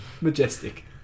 Majestic